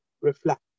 reflect